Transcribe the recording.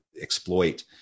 exploit